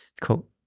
Cool